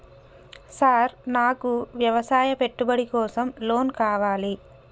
Sir నాకు వ్యవసాయ పెట్టుబడి కోసం లోన్ కావాలి?